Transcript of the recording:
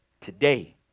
today